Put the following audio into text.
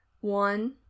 One